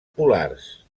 polars